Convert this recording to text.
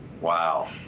Wow